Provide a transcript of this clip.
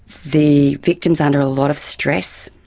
the victim's under a lot of stress,